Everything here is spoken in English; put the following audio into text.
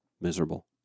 miserable